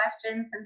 questions